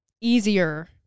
easier